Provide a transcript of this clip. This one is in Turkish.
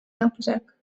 yapacak